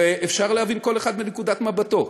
ואפשר להבין כל אחד מנקודת מבטו.